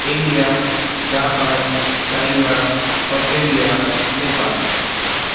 India Japan China Australia Nepal